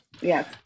Yes